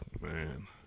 Man